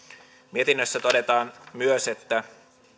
mietinnössä todetaan myös että